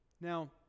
Now